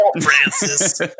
Francis